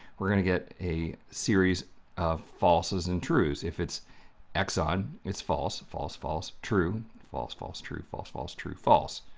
we're going to get a series of falses and trues, if it's exxon it's false false false true false false true false false true false!